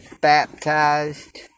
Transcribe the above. baptized